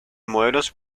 modelos